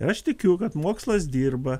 aš tikiu kad mokslas dirba